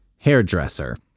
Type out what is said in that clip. hairdresser